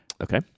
Okay